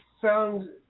found